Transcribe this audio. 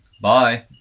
Bye